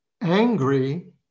angry